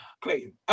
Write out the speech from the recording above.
Clayton